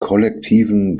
kollektiven